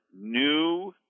new